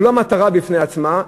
הוא לא מטרה בפני עצמה,